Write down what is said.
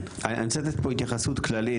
אני רוצה לתת פה התייחסות כללית,